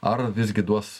ar visgi duos